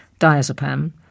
diazepam